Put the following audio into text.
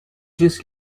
this